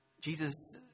Jesus